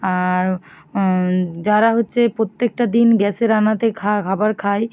আর যারা হচ্ছে প্রত্যেকটা দিন গ্যাসের রান্নাতে খাবার খায়